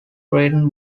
written